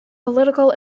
political